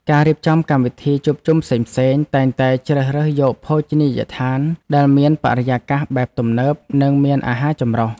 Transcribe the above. ការរៀបចំកម្មវិធីជួបជុំផ្សេងៗតែងតែជ្រើសរើសយកភោជនីយដ្ឋានដែលមានបរិយាកាសបែបទំនើប និងមានអាហារចម្រុះ។